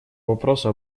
вопросу